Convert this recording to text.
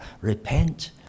Repent